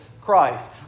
Christ